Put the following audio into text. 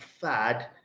fad